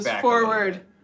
forward